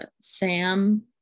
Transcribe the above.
Sam